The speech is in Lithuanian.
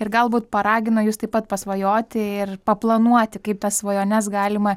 ir galbūt paragino jus taip pat pasvajoti ir paplanuoti kaip tas svajones galima